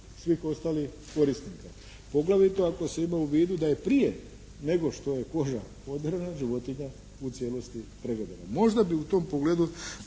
svih ostalih korisnika poglavito ako se ima u vidu da je prije nego što je koža oderana, životinja u cijelosti pregledana. Možda bi u tom pogledu